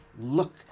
look